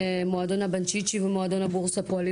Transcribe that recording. מועדון הבנצ'יצ'י ומועדון הבורסה פועלים